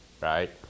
right